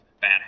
bad